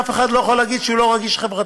אף אחד לא יכול להגיד שהוא לא רגיש חברתית.